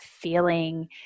feeling